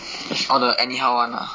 all the anyhow [one] lah